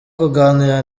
kuganira